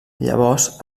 llavors